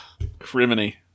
Criminy